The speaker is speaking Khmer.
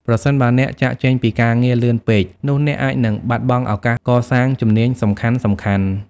ប្រសិនបើអ្នក ចាកចេញពីការងារលឿនពេក នោះអ្នកអាចនឹង បាត់បង់ឱកាសកសាងជំនាញសំខាន់ៗ។